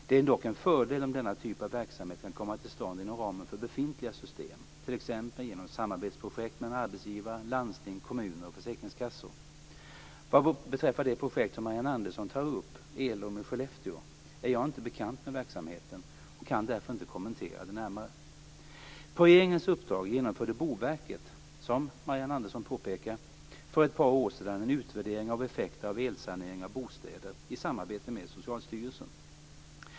Det är dock en fördel om denna typ av verksamhet kan komma till stånd inom ramen för befintliga system, t.ex. genom samarbetsprojekt mellan arbetsgivare, landsting, kommuner och försäkringskassor. Vad beträffar det projekt som Marianne Andersson tar upp, Elrum i Skellefteå, är jag inte bekant med verksamheten och kan därför inte kommentera den närmare. På regeringens uppdrag genomförde Boverket, som Marianne Andersson påpekar, för ett par år sedan en utvärdering av effekter av elsanering av bostäder i samarbete med Socialstyrelsen.